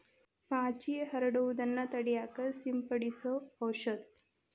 ಪಾಚಿ ಹರಡುದನ್ನ ತಡಿಯಾಕ ಸಿಂಪಡಿಸು ಔಷದ